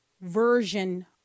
version